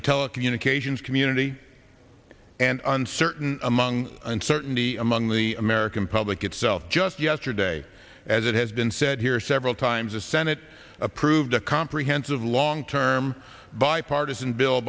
the telecommunications community and uncertainty among uncertainty among the american public itself just yesterday as it has been said here several times the senate approved a comprehensive long term bipartisan bill